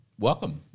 Welcome